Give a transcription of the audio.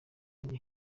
rye